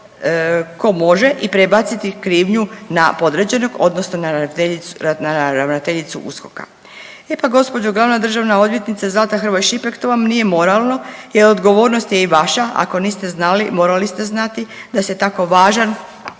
ko može i prebaciti krivnju na podređenog odnosno na ravnateljicu USKOK-a. E pa gđo. glavna državna odvjetnice Zlata Hrvoj Šipek to vam nije moralno jer odgovornost je i vaša, ako niste znali, morali ste znati da se tako važan